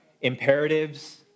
imperatives